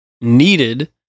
needed